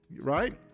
Right